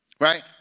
Right